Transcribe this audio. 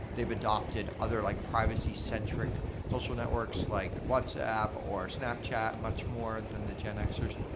they've adopted other like privacy-centric social networks, like whatsapp, or snapchat much more than the gen x-ers.